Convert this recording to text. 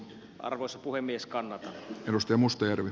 arvoisa puhemies kannata rustem mustajärvi